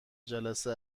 جلسه